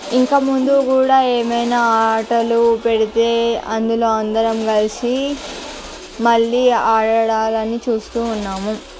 ఇంకా ముందు కూడా ఏమైనా ఆటలు పెడితే అందులో అందరం కలిసి మళ్ళీ ఆడాలని చూస్తూ ఉన్నాము